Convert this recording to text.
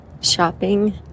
Shopping